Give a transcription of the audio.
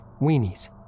weenies